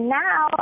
now